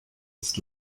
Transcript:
ist